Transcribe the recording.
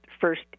first